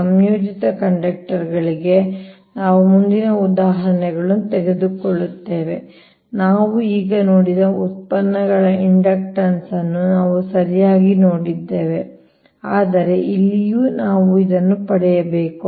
ಸಂಯೋಜಿತ ಕಂಡಕ್ಟರ್ಗಳಿಗೆ ನಾವು ಮುಂದಿನ ಉದಾಹರಣೆಯನ್ನು ತೆಗೆದುಕೊಳ್ಳುತ್ತೇವೆ ನಾವು ಈಗ ನೋಡಿದ ಉತ್ಪನ್ನಗಳ ಇಂಡಕ್ಟನ್ಸ್ ಅನ್ನು ನಾವು ಸರಿಯಾಗಿ ನೋಡಿದ್ದೇವೆ ಆದರೆ ಇಲ್ಲಿಯೂ ನಾವು ಇದನ್ನು ಪಡೆಯಬೇಕು